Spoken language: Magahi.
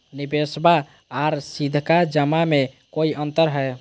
निबेसबा आर सीधका जमा मे कोइ अंतर हय?